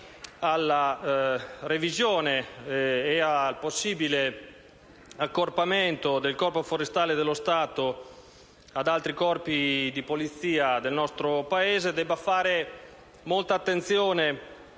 alla revisione e al possibile accorpamento del Corpo forestale dello Stato ad altri corpi di polizia, si debba fare molta attenzione,